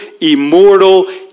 immortal